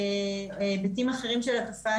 של היבטים אחרים של התופעה,